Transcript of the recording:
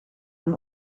een